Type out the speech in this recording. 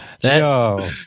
yo